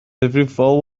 ddifrifol